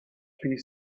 piece